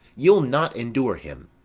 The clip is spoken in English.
you'll not endure him?